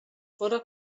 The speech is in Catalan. fóra